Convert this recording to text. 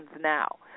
now